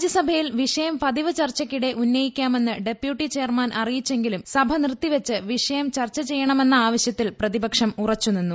രാജ്യസഭയിൽ വിഷയം പതിവ് ചർച്ചയ്ക്കിടെ ഉന്നയിക്കാമെന്ന് ഡെപ്യൂട്ടി ചെയർമാൻ അറിയിച്ചെങ്കിലും സഭ നിർത്തിവച്ച് വിഷയം ചർച്ച ചെയ്യണമെന്ന ആവശ്യത്തിൽ പ്രതിപക്ഷം ഉറച്ചു നിന്നു